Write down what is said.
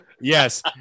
Yes